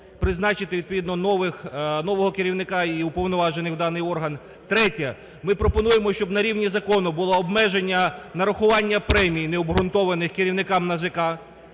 призначити відповідно нового керівника і уповноважених в даний орган. Третє: ми пропонуємо, щоб на рівні закону було обмеження нарахування премій необґрунтованих керівникам НАЗК.